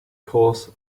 course